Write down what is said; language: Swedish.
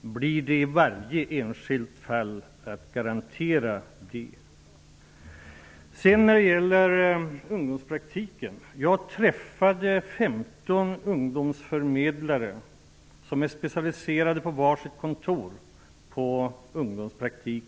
blir det att i varje enskilt fall garantera effektiviteten. När det gäller ungdomspraktiken kan jag säga att jag träffade 15 ungdomsarbetsförmedlare i Växjö som på var sitt kontor är specialiserade på ungdomspraktik.